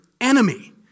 enemy